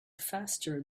faster